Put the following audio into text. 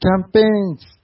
campaigns